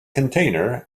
container